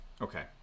okay